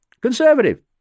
conservative